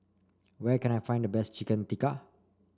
where can I find the best Chicken Tikka